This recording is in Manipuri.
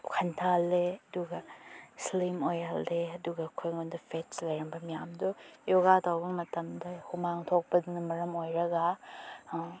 ꯍꯟꯊꯍꯜꯂꯦ ꯑꯗꯨꯒ ꯏꯁꯂꯤꯝ ꯑꯣꯏꯍꯜꯂꯦ ꯑꯗꯨꯒ ꯑꯩꯈꯣꯏꯉꯣꯟꯗ ꯐꯦꯠꯁ ꯂꯩꯔꯝꯕ ꯃꯌꯥꯝꯗꯨ ꯌꯣꯒꯥ ꯇꯧꯕ ꯃꯇꯝꯗ ꯍꯨꯃꯥꯡ ꯊꯣꯛꯄꯗꯨꯅ ꯃꯔꯝ ꯑꯣꯏꯔꯒ